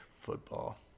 football